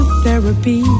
therapy